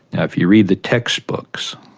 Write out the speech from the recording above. now, if you read the text books,